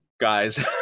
guys